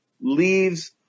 leaves